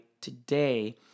today